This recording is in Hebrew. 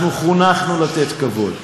אנחנו חונכנו לתת כבוד.